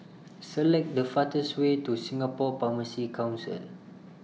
Select The fastest Way to Singapore Pharmacy Council